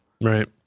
Right